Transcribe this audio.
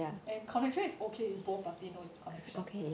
and connection is okay if both party know it's connection